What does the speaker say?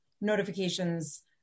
notifications